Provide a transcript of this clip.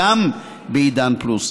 גם בעידן פלוס.